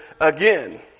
again